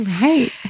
Right